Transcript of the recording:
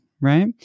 right